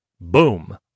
Boom